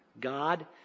God